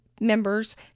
members